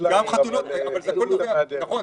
נכון.